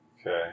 Okay